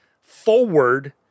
forward